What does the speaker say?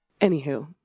Anywho